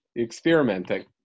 experimenting